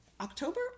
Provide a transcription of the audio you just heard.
October